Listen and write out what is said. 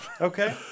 Okay